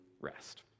rest